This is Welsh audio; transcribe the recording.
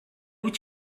wyt